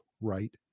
right